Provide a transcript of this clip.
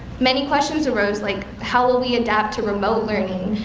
many questions arose, like how will we adapt to remote learning?